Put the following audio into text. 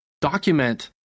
document